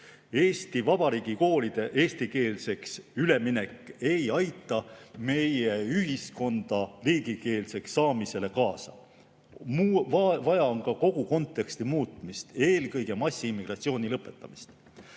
Eesti Vabariigi koolide eestikeelseks üleminek ei aita meie ühiskonna riigikeelseks saamisele kaasa. Vaja on ka kogu konteksti muutmist, eelkõige massiimmigratsiooni lõpetamist.